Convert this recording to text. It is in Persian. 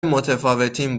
متفاوتیم